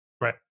Right